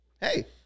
Hey